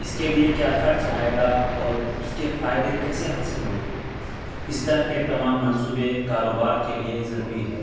اس کے لیے کیا خرچ آئے گا اور اس کے فائدے کیسے حاصل ہوں گے اس طرح کے تمام منصوبے کاروبار کے لیے ضروری ہے